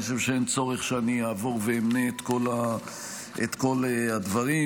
אני חושב שאין צורך שאני אעבור ואמנה את כל הדברים.